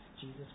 Jesus